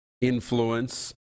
influence